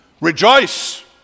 rejoice